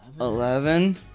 Eleven